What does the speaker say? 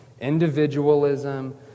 individualism